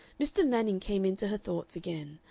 mr. manning came into her thoughts again,